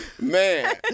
Man